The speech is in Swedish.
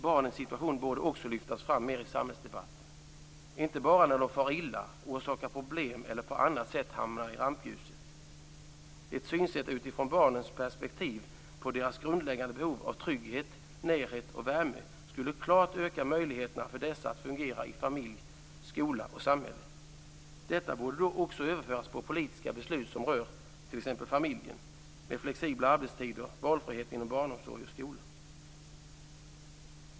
Barnens situation borde också lyftas fram mer i samhällsdebatten - inte bara när de far illa, orsakar problem eller på annat sätt hamnar i rampljuset. Ett synsätt utifrån barnens perspektiv på deras grundläggande behov av trygghet, närhet och värme skulle klart öka möjligheterna för dessa att fungera i familj, skola och samhälle. Detta borde också överföras på politiska beslut som rör familjen, t.ex. flexibla arbetstider och valfrihet inom barnomsorg och skola.